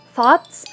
Thoughts